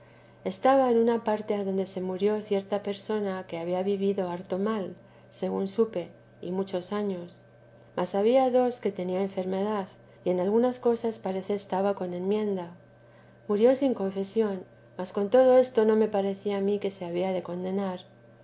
estaba en una parte adonde se murió cierta persona que había vivido harto mal según supe y muchos años mas había dos que tenía enfermedad y en algunas cosas parece estaba con enmienda murió sin confesión mas con todo esto no me parecía a mí que se lnbía de condenar